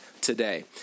today